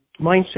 mindset